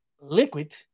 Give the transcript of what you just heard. liquid